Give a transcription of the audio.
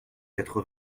quatre